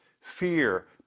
Fear